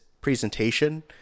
presentation